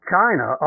China